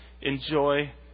enjoy